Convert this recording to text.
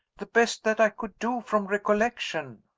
the best that i could do from recollection,